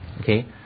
Okay